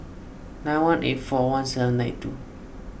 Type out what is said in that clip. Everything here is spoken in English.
nine one eight four one seven nine two